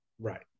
Right